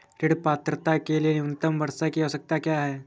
ऋण पात्रता के लिए न्यूनतम वर्ष की आवश्यकता क्या है?